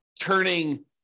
turning